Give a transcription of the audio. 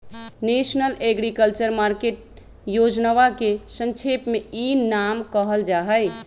national agriculture market योजनवा के संक्षेप में ई नाम कहल जाहई